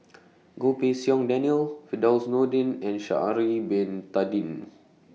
Goh Pei Siong Daniel Firdaus Nordin and Sha'Ari Bin Tadin